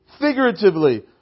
figuratively